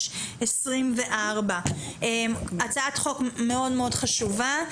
3856/24, הצעת חוק מאוד חשובה.